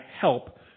help